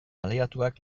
aliatuak